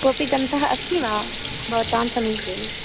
कोऽपि ग्रन्थः अस्ति वा भवतां समीपे